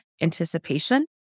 anticipation